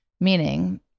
Meaning